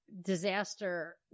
Disaster